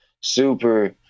super